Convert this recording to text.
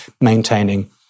maintaining